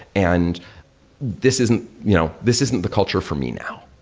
and this isn't you know this isn't the culture for me now.